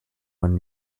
one